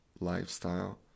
lifestyle